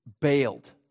bailed